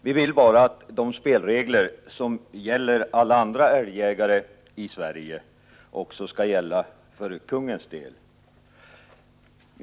Vi vill bara att de spelregler som gäller alla andra älgjägare också skall gälla för kungens del.